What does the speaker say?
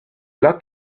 locked